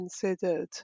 considered